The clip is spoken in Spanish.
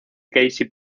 casey